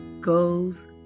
goes